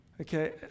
Okay